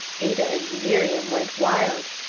ada and miriam went wild.